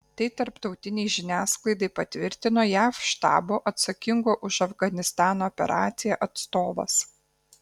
tai tarptautinei žiniasklaidai patvirtino jav štabo atsakingo už afganistano operaciją atstovas